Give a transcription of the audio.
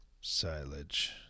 silage